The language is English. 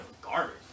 garbage